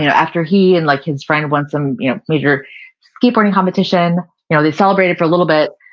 you know after he and like his friend won some major skateboarding competition you know they celebrated for a little bit,